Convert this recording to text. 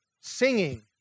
singing